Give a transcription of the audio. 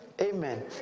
Amen